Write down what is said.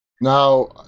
now